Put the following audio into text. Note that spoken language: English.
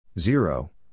Zero